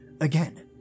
again